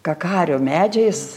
kakario medžiais